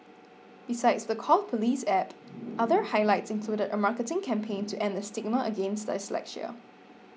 besides the Call Police App other highlights included a marketing campaign to end the stigma against dyslexia